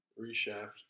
reshaft